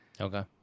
Okay